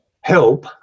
help